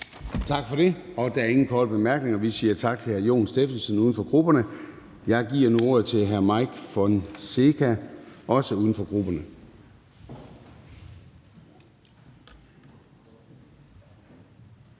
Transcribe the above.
Gade): Der er ingen korte bemærkninger, så vi siger tak til hr. Jon Stephensen, uden for grupperne. Jeg giver nu ordet til hr. Mike Villa Fonseca, uden for grupperne.